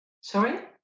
Sorry